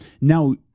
Now